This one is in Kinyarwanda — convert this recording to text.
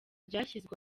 ryashyizwe